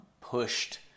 pushed